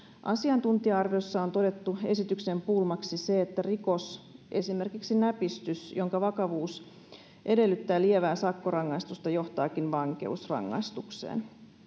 asiantuntija arvioissa on todettu esityksen pulmaksi se että rikos esimerkiksi näpistys jonka vakavuus edellyttää lievää sakkorangaistusta johtaakin vankeusrangaistukseen